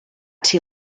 two